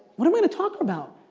what are we gonna talk about?